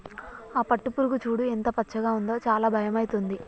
ఆ పట్టుపురుగు చూడు ఎంత పచ్చగా ఉందో చాలా భయమైతుంది